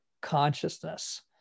consciousness